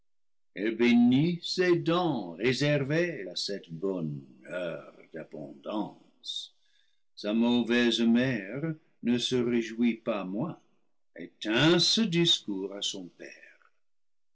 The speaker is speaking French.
ses dents réservées à cette bonne heure d'abondance sa mauvaise mère ne se réjouit pas moins et tint ce discours à son père